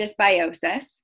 dysbiosis